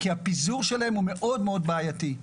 כי הפיזור שלהם הוא מאוד מאוד בעייתי.